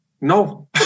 no